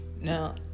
Now